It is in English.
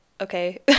Okay